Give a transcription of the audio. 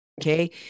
Okay